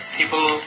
people